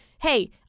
hey